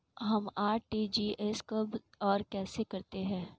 हम आर.टी.जी.एस कब और कैसे करते हैं?